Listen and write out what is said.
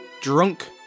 Drunk